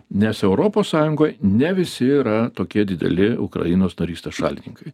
nes europos sąjungoj ne visi yra tokie dideli ukrainos narystės šalininkai